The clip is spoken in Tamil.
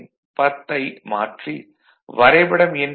10 ஐ மாற்றி வரைபடம் எண்